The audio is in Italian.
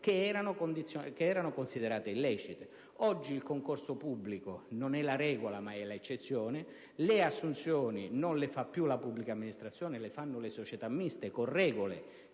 che erano considerate illecite. Oggi il concorso pubblico non è la regola ma l'eccezione, le assunzioni non le fa più la pubblica amministrazione ma le società miste, con regole